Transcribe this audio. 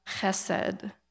chesed